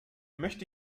möchte